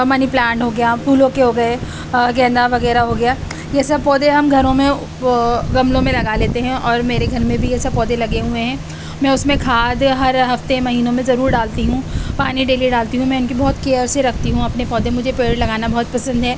منی plant ہو گیا پھولوں کے ہو گئے گیندا وغیرہ ہو گیا یہ سب پودے ہم گھروں میں گملوں میں لگا لیتے ہیں اور میرے گھر میں بھی یہ سب پودے لگے ہوئے ہیں میں اس میں کھاد ہر ہفتے مہینوں میں ضرور ڈالتی ہوں پانی ڈیلی ڈالتی ہوں میں ان کی بہت کیئر سے رکھتی ہوں اپنے پودے مجھے پیڑ لگانا بہت پسند ہے